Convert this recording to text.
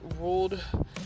ruled